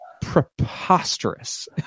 preposterous